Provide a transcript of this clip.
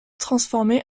transformé